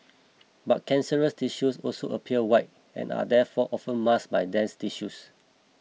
but cancerous tissues also appear white and are therefore often masked by dense tissues